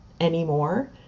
anymore